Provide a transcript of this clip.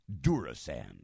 Durasan